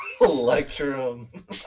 electrum